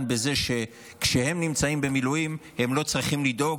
בזה שכשהם נמצאים במילואים הם לא צריכים לדאוג